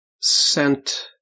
sent